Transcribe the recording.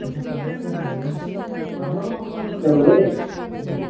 पन्सास थाखा टिकेट लायो माब्लाबा माब्लाबा